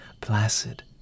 placid